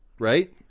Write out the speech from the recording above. right